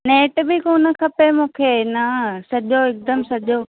net में कोन खपे मूंखे न सॼो हिकदमि सॼो